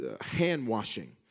Hand-washing